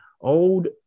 Old